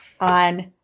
on